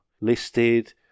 listed